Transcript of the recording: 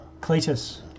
Cletus